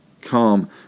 calm